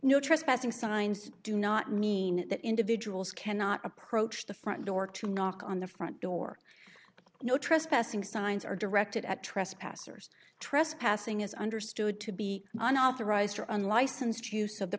trespassing signs do not mean that individuals cannot approach the front door to knock on the front door no trespassing signs are directed at trespassers trespassing is understood to be an authorized unlicensed use of the